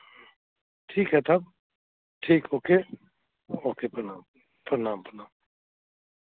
ठीक है तब ठीक ओके ओके प्रणाम प्रणाम प्रणाम